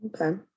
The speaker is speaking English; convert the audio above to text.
Okay